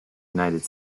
united